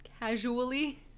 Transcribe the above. Casually